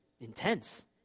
intense